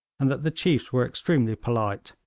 and that the chiefs were extremely polite.